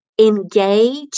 engage